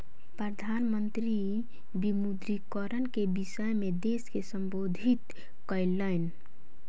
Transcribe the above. प्रधान मंत्री विमुद्रीकरण के विषय में देश के सम्बोधित कयलैन